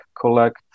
collect